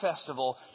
festival